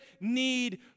need